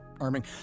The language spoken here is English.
arming